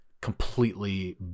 completely